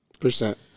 Percent